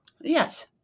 Yes